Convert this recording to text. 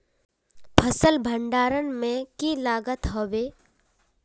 फसल भण्डारण में की लगत होबे?